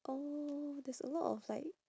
oh there's a lot of like